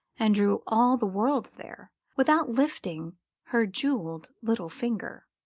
and drew all the world there without lifting her jewelled little finger.